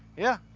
yeah.